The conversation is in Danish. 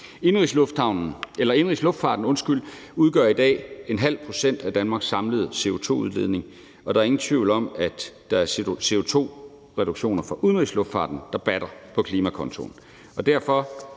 Indenrigsluftfarten udgør i dag 0,5 pct. af Danmarks samlede CO2-udledning, og der er ingen tvivl om, at det er CO2-reduktioner i udenrigsluftfarten, der batter på klimakontoen.